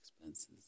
expenses